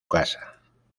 casa